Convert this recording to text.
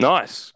Nice